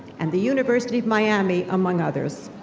and the university of miami, among others.